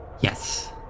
Yes